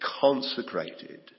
consecrated